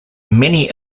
many